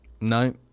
No